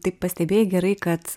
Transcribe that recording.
tik pastebėjai gerai kad